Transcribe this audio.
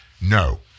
no